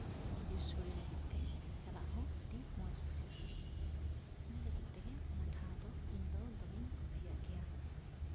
ᱵᱤᱨ ᱥᱳᱲᱮ ᱞᱟᱹᱜᱤᱫ ᱛᱮ ᱪᱟᱞᱟᱜ ᱦᱚᱸ ᱟᱹᱰᱤ ᱢᱚᱡᱽ ᱵᱩᱡᱷᱟᱹᱜᱼᱟ ᱤᱱᱟᱹ ᱞᱟᱹᱜᱤᱫ ᱛᱮᱜᱮ ᱚᱱᱟ ᱴᱷᱟᱶ ᱫᱚ ᱤᱧᱫᱚ ᱫᱚᱢᱮᱧ ᱠᱩᱥᱤᱭᱟᱜ ᱜᱮᱭᱟ